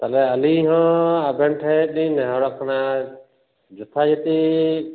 ᱛᱟᱦᱚᱞᱮ ᱟᱹᱞᱤᱧ ᱦᱚᱸ ᱟᱵᱮᱱ ᱴᱷᱮᱱ ᱞᱤᱧ ᱱᱮᱦᱚᱨᱚᱜ ᱠᱟᱱᱟ ᱡᱚᱛᱷᱟ ᱡᱚᱛᱤ